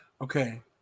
Okay